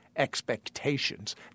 expectations